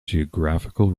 geographical